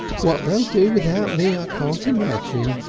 what they'll do without me i can't imagine.